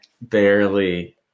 barely